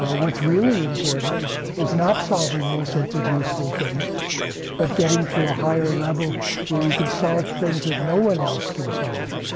what's really important is not solving all sorts of useful things but getting to a higher level where you can solve things that no one else can solve.